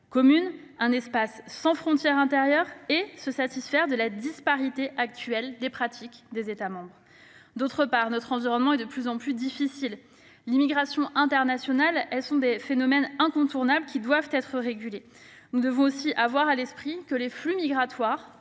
commune, un espace sans frontières intérieures et se satisfaire de la disparité actuelle des pratiques des États membres. D'autre part, parce que notre environnement est de plus en plus difficile. Les migrations internationales apparaissent comme un phénomène incontournable qui doit être régulé. Nous devons aussi avoir à l'esprit que les flux migratoires